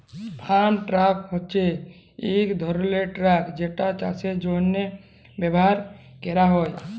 farm truck হছে ইক ধরলের ট্রাক যেটা চাষের জ্যনহে ব্যাভার ক্যরা হ্যয়